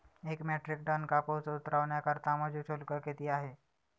एक metric tonne कापूस उतरवण्याकरता मजूर शुल्क किती आहे?